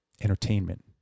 entertainment